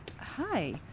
hi